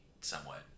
somewhat